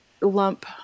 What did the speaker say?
lump